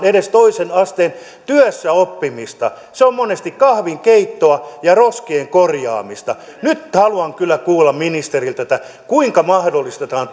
edes toisen asteen työssäoppimista se on monesti kahvinkeittoa ja roskien korjaamista nyt haluan kyllä kuulla ministeriltä kuinka mahdollistetaan